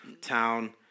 town